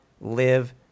live